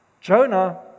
Jonah